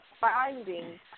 finding